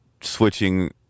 switching